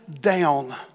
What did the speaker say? down